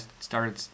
started